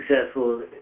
successful